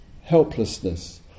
helplessness